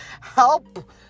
help